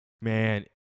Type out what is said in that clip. Man